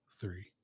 three